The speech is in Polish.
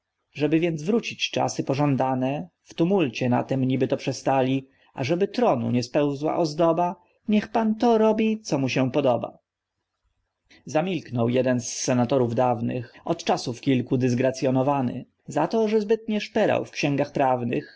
żeby więc wrócić czasy pożądane w tumulcie na tem nibyto przestali ażeby tronu nie spełzła ozdoba niech pan to robi co mu się podoba zamilknął jeden z senatorów dawnych od czasów kilku dyzgracjowany za to że zbytnie szperał w xięgach prawnych